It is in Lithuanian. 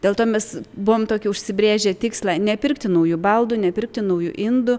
dėl to mes buvom tokį užsibrėžę tikslą nepirkti naujų baldų nepirkti naujų indų